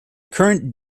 current